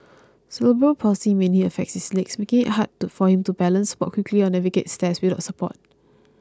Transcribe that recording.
cerebral palsy mainly affects his legs making it hard for him to balance walk quickly or navigate stairs without support